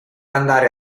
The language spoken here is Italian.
andare